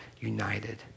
united